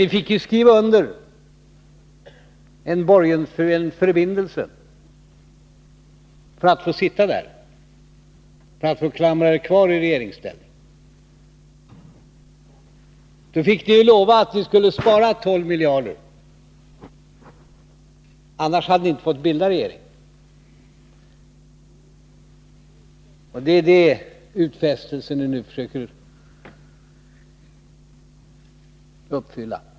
Ni fick ju skriva under en förbindelse för att få sitta kvar i regeringsställning, för att få klamra er fast där. Ni fick lova att ni skulle spara 12 miljarder, annars hade ni inte fått bilda regering. Det är den utfästelsen ni nu försöker uppfylla.